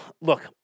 look